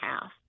half